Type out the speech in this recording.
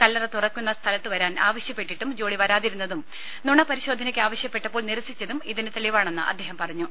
കല്ലറ തുറയ്ക്കുന്ന സ്ഥലത്ത് വരാൻ ആവശ്യപ്പെട്ടിട്ടും ജോളി വരാതിരുന്നതും നുണ പരിശോധനയ്ക്ക് ആവശ്യപ്പെട്ടപ്പോൾ നിരസിച്ചതും ഇതിനുതെളി വാണെന്ന് അദ്ദേഹം പറഞ്ഞു